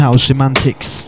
semantics